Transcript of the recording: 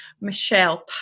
Michelle